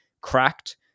cracked